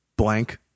blank